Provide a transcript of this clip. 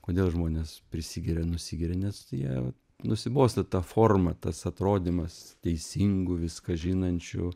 kodėl žmonės prisigeria nusigeria nes jie nusibosta ta forma tas atrodymas teisingu viską žinančiu